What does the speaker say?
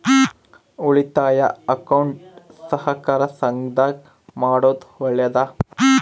ಉಳಿತಾಯ ಅಕೌಂಟ್ ಸಹಕಾರ ಸಂಘದಾಗ ಮಾಡೋದು ಒಳ್ಳೇದಾ?